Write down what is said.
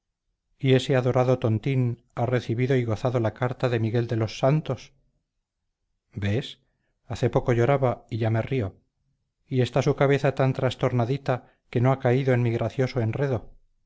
y ese adorado tontín ha recibido y gozado la carta de miguel de los santos ves hace poco lloraba y ya me río y está su cabeza tan trastornadita que no ha caído en mi gracioso enredo